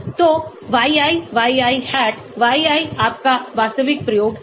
तो yi yi hat yi आपका वास्तविक प्रयोग है